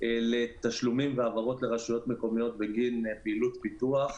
לתשלומים ולהעברות לרשויות מקומיות בגין פעילות פיתוח.